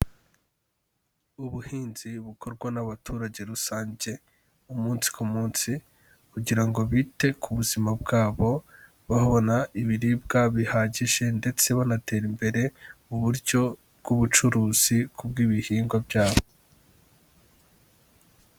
Ubuhinzi bukorwa n'abaturage rusange umunsi ku munsi kugira ngo bite ku buzima bwabo babona ibiribwa bihagije ndetse banatera imbere mu uburyo bw'ubucuruzi ku bw'ibihingwa byabo.